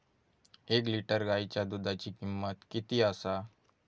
एक लिटर गायीच्या दुधाची किमंत किती आसा?